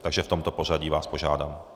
Takže v tomto pořadí vás požádám.